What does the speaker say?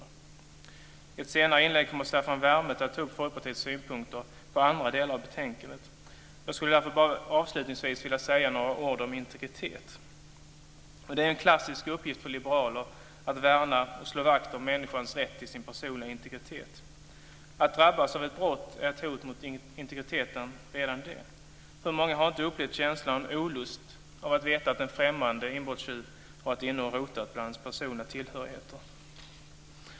Senare i den här debatten kommer Staffan Werme i sitt inlägg att ta upp Folkpartiets synpunkter på andra delar av betänkandet men jag skulle vilja säga några ord om integriteten. Det är en klassisk uppgift för liberaler att värna och slå vakt om människans rätt till sin personliga integritet. Att drabbas av ett brott är ett hot mot integriteten redan det. Hur många har inte upplevt känslan av olust över att veta att en främmande inbrottstjuv varit inne och rotat bland ens personliga tillhörigheter?